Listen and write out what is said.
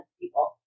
people